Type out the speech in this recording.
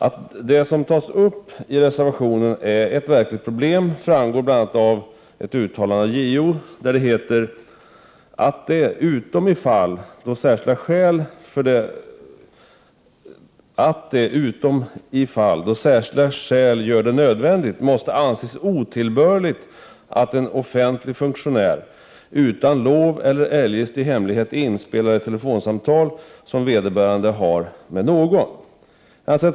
Att den fråga som behandlas i reservationen är ett verkligt problem framgår bl.a. av ett uttalande som JO har gjort då han bl.a. sade att det, utom i fall då särskilda skäl gör det nödvändigt, måste anses otillbörligt att en offentlig funktionär utan lov eller eljest i hemlighet inspelar ett telefonsamtal som vederbörande har med någon.